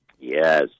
Yes